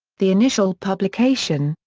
the initial publication,